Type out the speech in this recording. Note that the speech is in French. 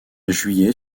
juillet